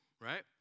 right